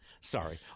Sorry